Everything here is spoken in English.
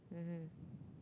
mmhmm